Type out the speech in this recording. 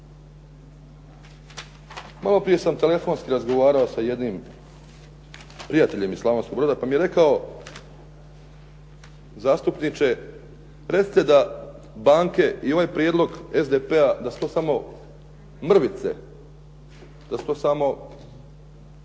Malo prije sam telefonski razgovarao sa jednim prijateljem iz Slavonskog Broda pa mi je rekao zastupniče, recite da banke i ovaj prijedlog SDP-a da su to samo mrvice, da su to samo